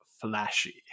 flashy